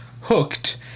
Hooked